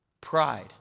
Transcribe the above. Pride